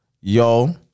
Yo